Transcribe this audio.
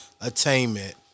attainment